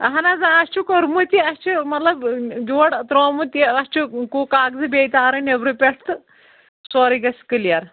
اَہَن حظ آ اَسہِ چھُ کوٚرمُت یہِ اَسہِ چھِ مطلب یورٕ ترٛومُت یہِ اَسہِ چھُ کُک اَکھ زٕ بیٚیہِ تارٕنۍ نٮ۪برٕ پٮ۪ٹھ تہٕ سورُے گژھِ کٕلیَر